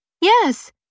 Yes